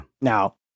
now